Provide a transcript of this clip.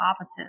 opposite